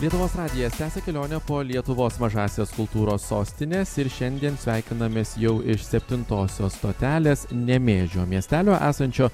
lietuvos radijas tęsia kelionę po lietuvos mažąsias kultūros sostines ir šiandien sveikinamės jau iš septintosios stotelės nemėžio miestelio esančio